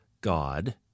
God